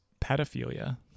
pedophilia